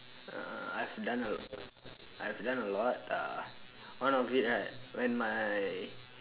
uh I've done a I've done a lot uh one of it right when my